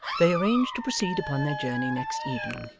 they arranged to proceed upon their journey next evening,